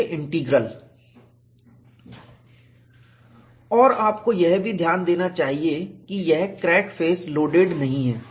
J integral और आपको यह भी ध्यान देना चाहिए कि यह क्रैक फेस लोडेड नहीं है